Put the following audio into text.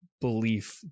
belief